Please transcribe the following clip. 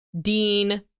Dean